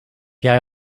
jij